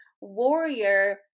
warrior